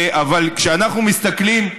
אבל כשנחנו מסתכלים,